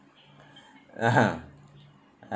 (uh huh)